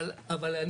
אבל,